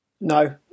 No